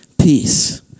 Peace